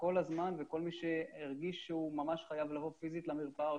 כל הזמן וכל מי שהרגיש שהוא ממש חייב לבוא פיזית למרפאה או